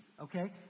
Okay